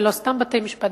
ולא סתם בתי-משפט,